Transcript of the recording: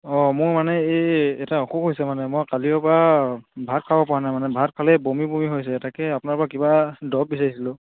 অঁ মোৰ মানে এই এটা অসুখ হৈছে মানে মই কালিয়ে পৰা ভাত খাব পৰা নাই মানে ভাল খালেই বমি বমি হৈছে তাকেই আপোনাৰ পৰা কিবা দৰব বিচাৰিছিলোঁ